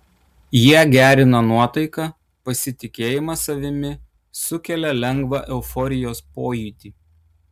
jie gerina nuotaiką pasitikėjimą savimi sukelia lengvą euforijos pojūtį